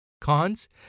Cons